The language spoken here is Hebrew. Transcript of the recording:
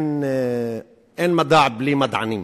אין מדע בלי מדענים.